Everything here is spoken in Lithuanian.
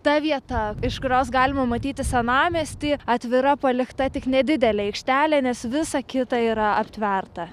tą vieta iš kurios galima matyti senamiestį atvira palikta tik nedidelė aikštelė nes visa kita yra aptverta